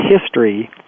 history